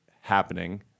happening